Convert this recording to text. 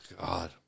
God